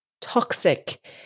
toxic